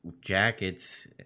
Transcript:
jackets